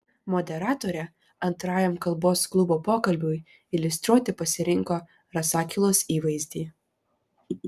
moderatorė antrajam kalbos klubo pokalbiui iliustruoti pasirinko rasakilos įvaizdį